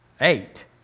eight